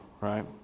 right